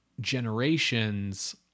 generations